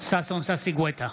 ששון ששי גואטה,